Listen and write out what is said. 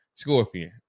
scorpion